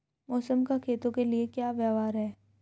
मौसम का खेतों के लिये क्या व्यवहार है?